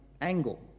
angle